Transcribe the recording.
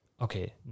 okay